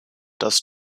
das